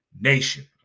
Nation